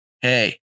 hey